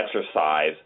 exercise